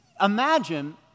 Imagine